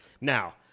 now